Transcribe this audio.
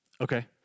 Okay